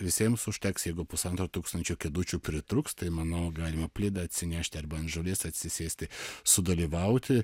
visiems užteks jeigu pusantro tūkstančio kėdučių pritrūks tai manau galima pledą atsinešti arba ant žolės atsisėsti sudalyvauti